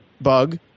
bug